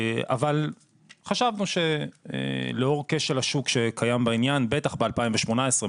אבל חשבנו שלאור כשל השוק שקיים בעניין בטח ב-2018,